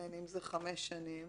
אם זה חמש שנים